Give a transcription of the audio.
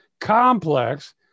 complex